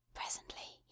Presently